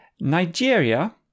Nigeria